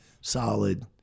solid